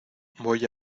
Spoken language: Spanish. voy